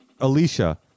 Alicia